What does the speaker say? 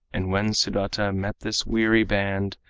and when sudata met this weary band,